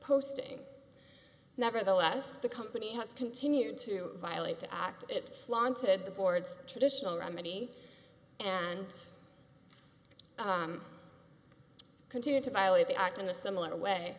posting nevertheless the company has continued to violate the act it flaunted the board's traditional remedy and continued to violate the act in a similar way